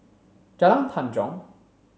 Jalan Tanjong